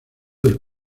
del